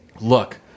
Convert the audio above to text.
look